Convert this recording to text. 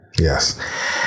Yes